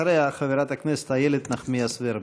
אחריה, חברת הכנסת איילת נחמיאס ורבין.